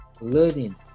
Learning